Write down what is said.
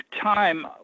time